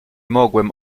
mogłem